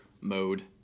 mode